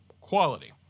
quality